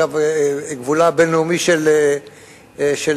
או "גבולה הבין-לאומי של לבנון",